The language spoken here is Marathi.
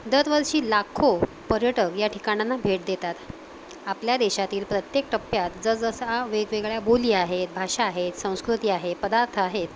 दरवर्षी लाखो पर्यटक या ठिकाणांना भेट देतात आपल्या देशातील प्रत्येक टप्प्यात जसजसा वेगवेगळ्या बोली आहेत भाषा आहेत संस्कृती आहे पदार्थ आहेत